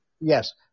yes